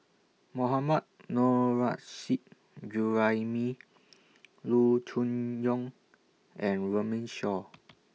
Mohammad Nurrasyid Juraimi Loo Choon Yong and Runme Shaw